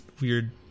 weird